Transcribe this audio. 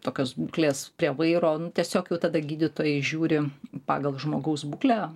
tokios būklės prie vairo nu tiesiog jau tada gydytojai žiūri pagal žmogaus būklę